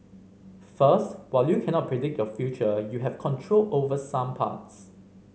first while you cannot predict your future you have control over some parts